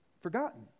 Forgotten